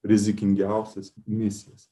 rizikingiausias misijas